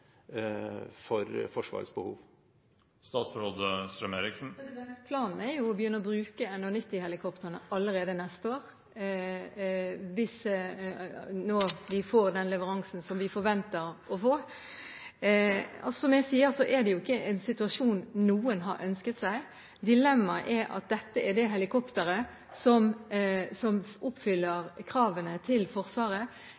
for å ivareta Forsvarets behov? Planen er jo å begynne å bruke NH90-helikoptrene allerede neste år, når vi får den leveransen som vi forventer å få. Som jeg sier, er det jo ikke en situasjon noen har ønsket seg. Dilemmaet er at dette er det helikopteret som